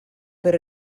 per